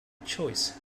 choice